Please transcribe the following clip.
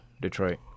Detroit